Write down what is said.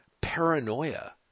paranoia